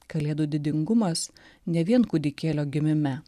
kalėdų didingumas ne vien kūdikėlio gimime